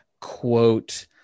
quote